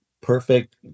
perfect